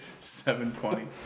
720